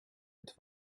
het